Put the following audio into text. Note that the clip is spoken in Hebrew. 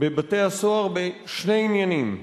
בבתי-הסוהר בשני עניינים: